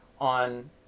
on